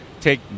take